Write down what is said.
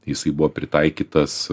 jisai buvo pritaikytas